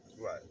Right